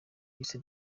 yise